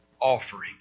offering